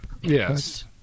Yes